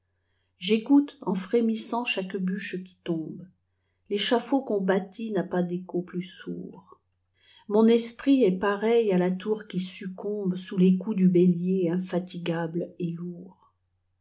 j'écoute en frémissant chaque bûche qui tombe l'échafaud qu'on bâtit n'a pas d'écho plus sourd mon esprit est pareil à la tour qui succombesous les coups du bélier infatigable et lourd